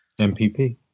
MPP